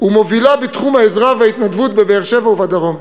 ומובילה בתחום העזרה וההתנדבות בבאר-שבע ובדרום.